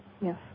Yes